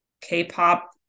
K-pop